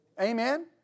Amen